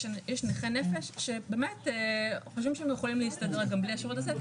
יש נכי נפש שבאמת חושבים שהם יכולים להסתדר גם בלי השירות הזה.